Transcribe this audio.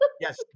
Yes